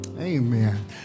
Amen